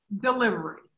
Delivery